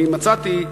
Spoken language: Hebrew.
אני מצאתי,